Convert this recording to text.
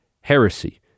heresy